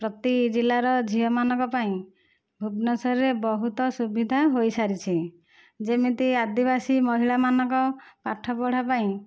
ପ୍ରତି ଜିଲ୍ଲାର ଝିଅମାନଙ୍କ ପାଇଁ ଭୁବନେଶ୍ୱରରେ ବହୁତ ସୁବିଧା ହୋଇସାରିଛି ଯେମିତି ଆଦିବାସୀ ମହିଳାମାନଙ୍କ ପାଠପଢ଼ା ପାଇଁ